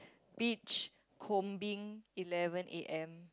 beach combining eleven A_M